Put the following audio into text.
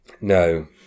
No